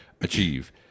achieve